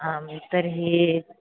आं तर्हि